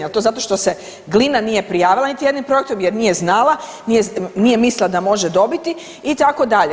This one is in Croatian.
Jel to zato što se Glina nije prijavila niti jednim projektom jer nije znala, nije mislila da može dobiti itd.